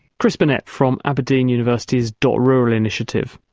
chris burnett from aberdeen university's dot. rural initiative.